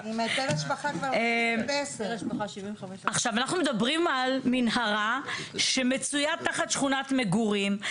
אנחנו מדברים על מנהרה שמצויה תחת שכונת מגורים,